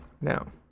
Now